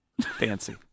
fancy